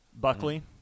Buckley